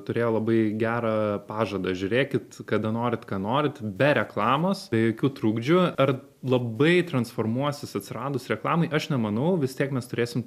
turėjo labai gerą pažadą žiūrėkit kada norit ką norit be reklamos be jokių trukdžių ar labai transformuosis atsiradus reklamai aš nemanau vis tiek mes turėsim